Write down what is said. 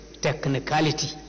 technicality